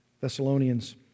Thessalonians